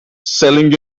selling